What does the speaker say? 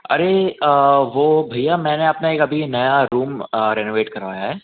अरे वह भैया मैंने अपना एक अभी नया रूम रेनोवेट करवाया है